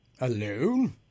Alone